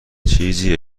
چیزی